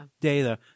Data